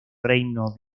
reino